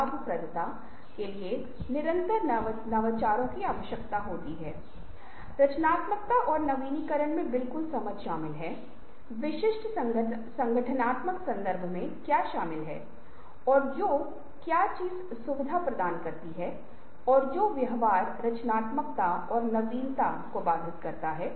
अन्य सभी जानवरों की तरह मनुष्यों को जिंदा रखा गया है अस्तित्व के लिए कठोर लड़ाई करते है और जब यह अस्तित्व में आता है अनुकूलन एक ऐसी चीज है जिसका उपयोग बहुत ही प्रभावी रणनीति है